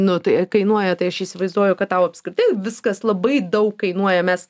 nu tai kainuoja tai aš įsivaizduoju kad tau apskritai viskas labai daug kainuoja mes